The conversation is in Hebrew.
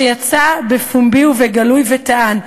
יצא בפומבי ובגלוי וטען: